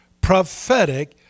Prophetic